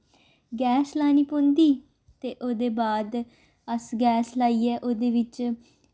gas लानी पौंदी ते ओह्दे बाद अस गैस लाइयै ओह्दे बिच्च